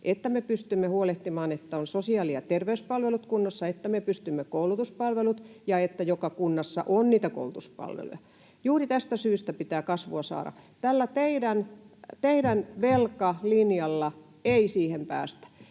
että me pystymme huolehtimaan, että on sosiaali- ja terveyspalvelut kunnossa, että me pystymme huolehtimaan koulutuspalvelut ja että joka kunnassa on niitä koulutuspalveluja. Juuri tästä syystä pitää kasvua saada. Tällä teidän velkalinjalla ei siihen päästä.